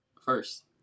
First